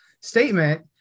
statement